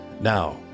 Now